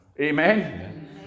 Amen